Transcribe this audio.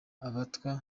abatwa